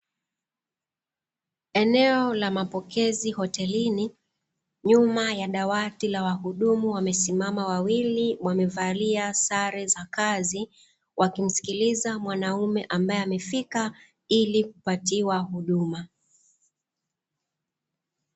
Eneo la mapokezi hotelini nyuma ya dawati la wahudumu, wamesimama wawili wamevalia sare za kazi wakimsikiliza mwanaume ambaye amefika ili kupatiwa huduma.